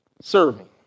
serving